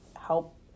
help